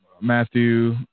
Matthew